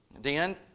Dan